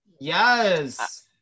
Yes